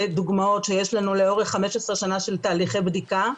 דוגמאות שיש לנו לאורך 15 שנה של תהליכי בדיקה,